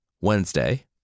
Wednesday